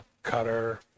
Cutter